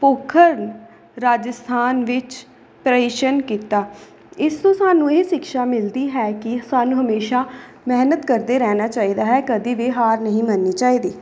ਪੋਖਰਨ ਰਾਜਸਥਾਨ ਵਿੱਚ ਪ੍ਰੇਸ਼ਨ ਕੀਤਾ ਇਸ ਤੋਂ ਸਾਨੂੰ ਇਹ ਸਿਕਸ਼ਾ ਮਿਲਦੀ ਹੈ ਕਿ ਸਾਨੂੰ ਹਮੇਸ਼ਾ ਮਿਹਨਤ ਕਰਦੇ ਰਹਿਣਾ ਚਾਹੀਦਾ ਹੈ ਕਦੀ ਵੀ ਹਾਰ ਨਹੀਂ ਮੰਨਣੀ ਚਾਹੀਦੀ